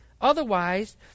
Otherwise